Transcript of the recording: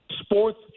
sports